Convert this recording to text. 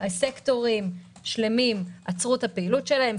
סקטורים שלמים עצרו את הפעילות שלהם,